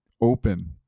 open